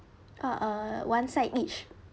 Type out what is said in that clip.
oh uh one side each